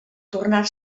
tornar